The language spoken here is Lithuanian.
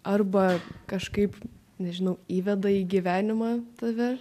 arba kažkaip nežinau įveda į gyvenimą tave